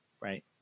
right